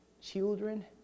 children